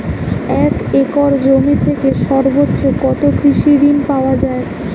এক একর জমি থেকে সর্বোচ্চ কত কৃষিঋণ পাওয়া য়ায়?